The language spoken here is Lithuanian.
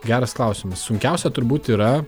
geras klausimas sunkiausia turbūt yra